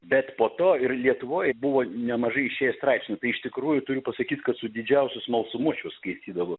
bet po to ir lietuvoj buvo nemažai išėję straipsnių tai iš tikrųjų turiu pasakyt kad su didžiausiu smalsumu aš juos skaitydavau